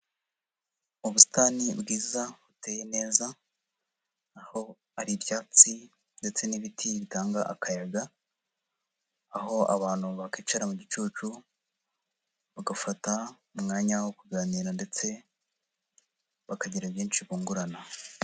Ubusitani bwiza, buteye neza aho ari ibyatsi, ndetse n'ibiti bitanga akayaga. Aho abantu bakicara mu gicucu. Bagafata umwanya wo kuganira, ndetse bakagira ibyinshi bungurana.